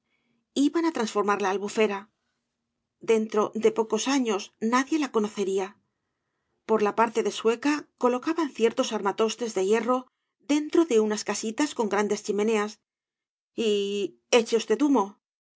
iban á transformar la albufera dentro de pocos años nadie la conocería por la parte de sueca colocaban ciertos armatostes de hierro dentro de unas casitas con grandes chimeneas y eche usted humo